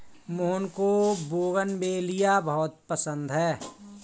मोहन को बोगनवेलिया बहुत पसंद है